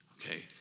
okay